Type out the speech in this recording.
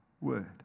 word